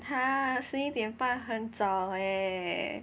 !huh! 十一点半很早 eh